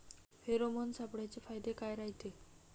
Pheromone सापळ्याचे फायदे काय रायते?